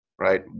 right